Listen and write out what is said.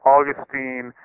Augustine